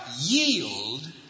yield